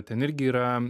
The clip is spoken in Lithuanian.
ten irgi yra